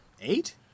Eight